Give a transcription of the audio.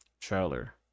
trailer